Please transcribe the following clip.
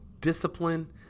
discipline